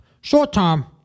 Short-term